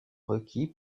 requis